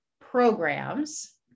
programs